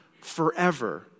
forever